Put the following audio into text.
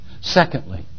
Secondly